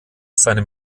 seinem